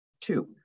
two